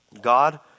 God